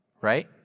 Right